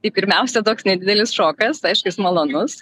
tai pirmiausia toks nedidelis šokas aiškus jis malonus